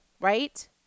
right